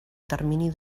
termini